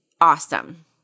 awesome